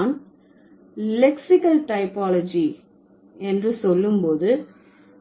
நான் lexical typology என்று சொல்லும் போது